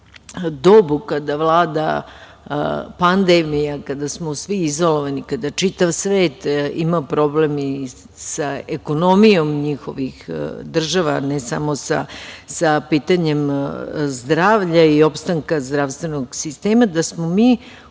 dobu kada vlada pandemija, kada smo svi izolovani, kada čitav svet ima problem i sa ekonomijom njihovih država ne samo sa pitanjem zdravlje i opstanka zdravstvenog sistema, da smo mi